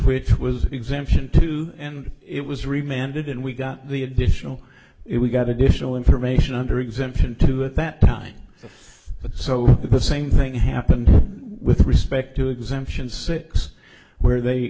which was exemption two and it was remanded and we got the additional it we got additional information under exemption two at that time but so the same thing happened with respect to exemptions six where they